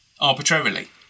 arbitrarily